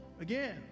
again